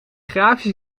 grafische